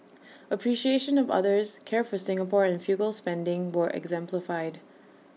appreciation of others care for Singapore and frugal spending were exemplified